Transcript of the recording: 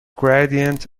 gradient